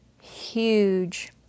huge